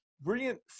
brilliant